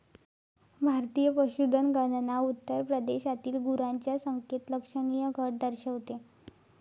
भारतीय पशुधन गणना उत्तर प्रदेशातील गुरांच्या संख्येत लक्षणीय घट दर्शवते